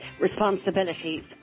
responsibilities